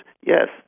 Yes